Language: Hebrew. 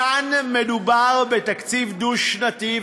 כאן מדובר בתקציב דו-שנתי,